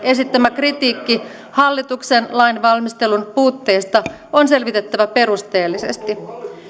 esittämä kritiikki hallituksen lainvalmistelun puutteista on selvitettävä perusteellisesti